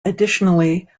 additionally